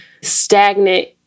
stagnant